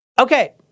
Okay